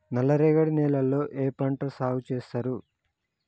నల్లరేగడి నేలల్లో ఏ పంట సాగు చేస్తారు?